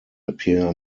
appear